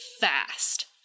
fast